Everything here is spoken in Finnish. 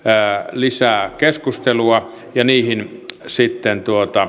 lisää keskustelua ja niihin sitten